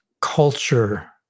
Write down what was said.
culture